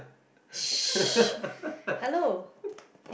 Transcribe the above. hello